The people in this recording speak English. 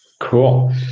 Cool